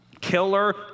killer